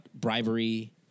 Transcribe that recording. bribery